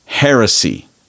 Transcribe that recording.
heresy